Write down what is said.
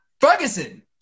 ferguson